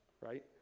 right